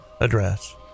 address